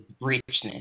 richness